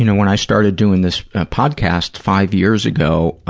you know when i started doing this podcast five years ago,